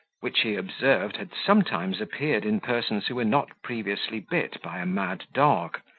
which he observed had sometimes appeared in persons who were not previously bit by a mad dog.